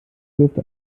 dürfte